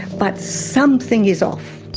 but something is off,